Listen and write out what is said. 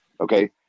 okay